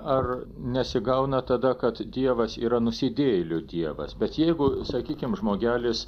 ar nesigauna tada kad dievas yra nusidėjėlių dievas bet jeigu sakykim žmogelis